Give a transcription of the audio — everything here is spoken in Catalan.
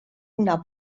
una